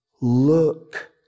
look